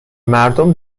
مردم